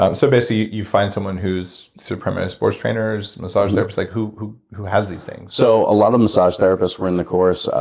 um so basically, you find someone who's through premier sports trainers, massage therapists, like who who has these things? so, a lot of massage therapists were in the course,